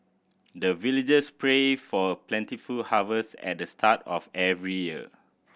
the villagers pray for plentiful harvest at the start of every year